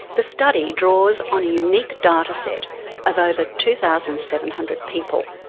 the study draws on a unique data set of over two thousand seven hundred people,